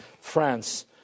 france